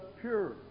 pure